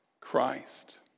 Christ